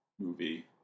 movie